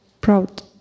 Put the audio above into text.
proud